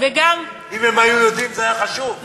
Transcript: וגם, אם הם היו יודעים זה היה חשוב.